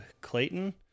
clayton